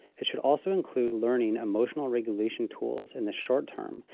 it should also include learning emotional regulation tools in the short term,